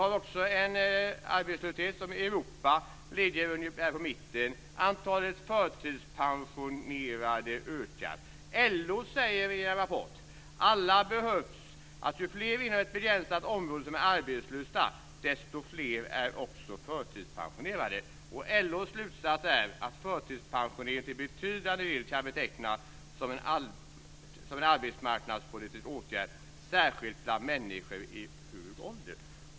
När det gäller arbetslösheten i Europa ligger vi ungefär i mitten. Antalet förtidspensionerade ökar. LO säger i en rapport att alla behövs. Ju fler inom ett begränsat område som är arbetslösa, desto fler är också förtidspensionerade. LO:s slutsats är att förtidspensionering till betydande del kan betecknas som en arbetsmarknadspolitisk åtgärd, särskilt bland människor i hög ålder.